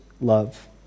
love